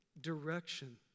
direction